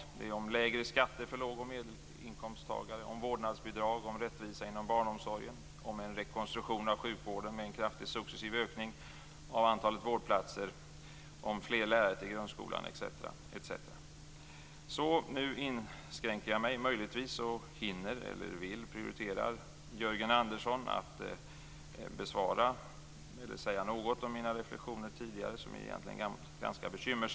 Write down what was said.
Vidare gäller det lägre skatter för låg och medelinkomsttagare, om vårdnadsbidrag, om rättvisa inom barnomsorgen, om en rekonstruktion av sjukvården med en kraftig successiv ökning av antalet vårdplatser, om fler lärare i skolan osv. Nu prioriterar jag och ber Jörgen Andersson besvara några av mina tidigare bekymrade reflexioner.